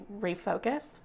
refocus